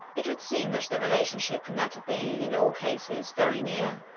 it would seem that the relationship could not have been, in all cases, very near.